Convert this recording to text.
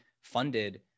funded